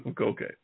Okay